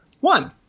one